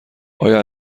آیا